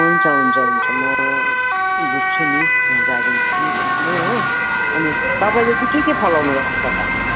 हुन्छ हुन्छ हुन्छ म बुज्छु नि यहाँ गाडी पनि बुज्ने हो अनि तपाईँले चाहिँ के के फलाउनु भएको छ त